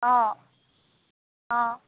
অঁ অঁ